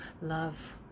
love